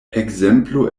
ekzemplo